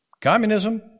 communism